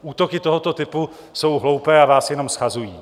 Útoky tohoto typu jsou hloupé a vás jenom shazují.